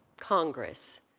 Congress